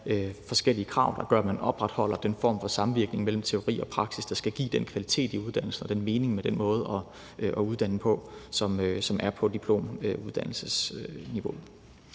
forskellige krav, der gør, at man opretholder den form for samvirken mellem teori og praksis, der skal give den kvalitet i uddannelsen og mening med den måde at uddanne på, som er på diplomuddannelsesniveauet.